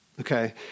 Okay